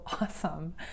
awesome